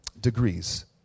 degrees